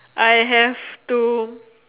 I have to